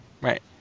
Right